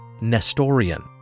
Nestorian